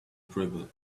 drivel